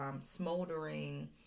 smoldering